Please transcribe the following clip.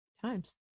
Times